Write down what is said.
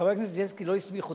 חבר הכנסת בילסקי לא הסמיך אותי,